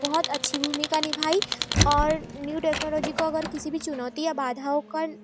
बहुत अच्छी भूमिका निभाई और न्यू टेक्नोलॉजी को अगर किसी भी चुनौती या बाधाओं का